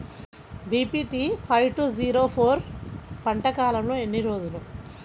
BPT five two zero four పంట కాలంలో ఎన్ని రోజులు?